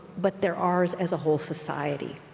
but they're ours as a whole society.